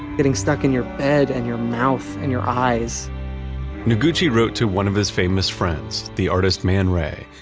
getting stuck in your bed, and your mouth, and your eyes noguchi wrote to one of his famous friends, the artist man ray,